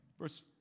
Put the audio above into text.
Verse